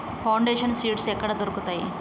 Foundation seeds ఎక్కడ దొరుకుతాయి?